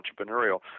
entrepreneurial